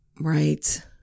right